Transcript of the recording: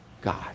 God